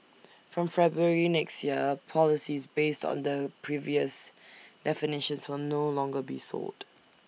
from February next year policies based on the previous definitions will no longer be sold